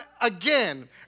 again